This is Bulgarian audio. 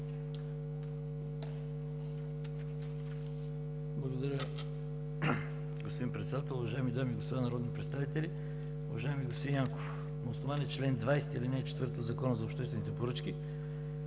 Благодаря, господин Председател. Уважаеми дами и господа народни представители! Уважаеми господин Янков, на основание чл. 20, ал. 4 в Закона за обществените поръчки